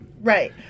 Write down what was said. Right